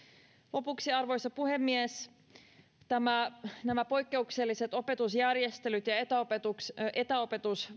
lopuksi arvoisa puhemies nämä poikkeukselliset opetusjärjestelyt ja etäopetus